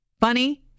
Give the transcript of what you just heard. Funny